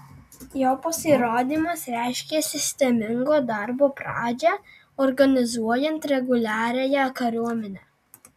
jo pasirodymas reiškė sistemingo darbo pradžią organizuojant reguliariąją kariuomenę